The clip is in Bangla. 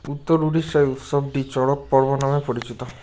উত্তর উড়িষ্যায় উৎসবটি চড়ক পর্ব নামে পরিচিত